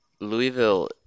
Louisville